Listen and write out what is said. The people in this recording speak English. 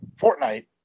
Fortnite